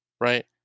right